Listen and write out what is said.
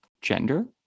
gender